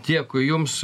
dėkui jums